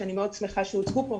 שאני שמחה מאוד שהוצגו פה,